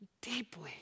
deeply